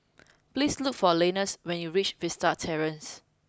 please look for Leonidas when you reach Vista Terrace